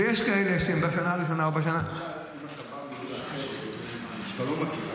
ויש כאלה שהם בשנה הראשונה --- לא מכירים.